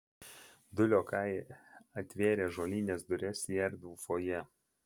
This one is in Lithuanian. du liokajai atvėrė ąžuolines duris į erdvų fojė